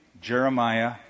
Jeremiah